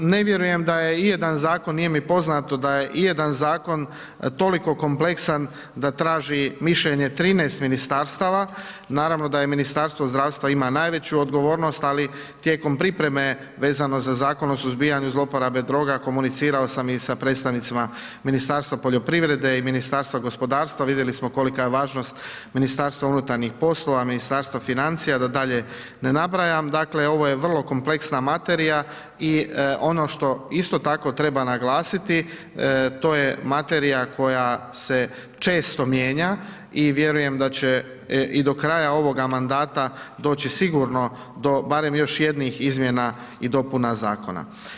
Ne vjerujem da je ijedan zakon, nije mi poznato da je ijedan zakon toliko kompleksan da traži mišljenje 13 ministarstava, naravno da je Ministarstvo zdravstva ima najveću odgovornost, ali tijekom pripreme vezano za Zakon o suzbijanju zlouporabe droga komunicirao sam i sa predstavnicima Ministarstva poljoprivreda i Ministarstva gospodarstva, vidjeli smo kolika je važnost MUP-a, Ministarstva financija, da dalje ne nabrajam, dakle ovo je vrlo kompleksna materija i ono što isto tako treba naglasiti to je materija koja se često mijenja i vjerujem da će i do kraja ovoga mandata doći sigurno do barem još jednih izmjena i dopuna zakona.